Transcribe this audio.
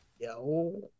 yo